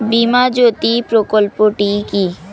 বীমা জ্যোতি প্রকল্পটি কি?